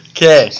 Okay